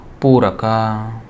puraka